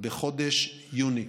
בחודש יוני.